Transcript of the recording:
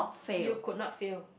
you could not failed